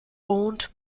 owned